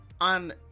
on